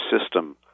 system